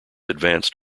advanced